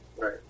right